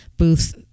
Booths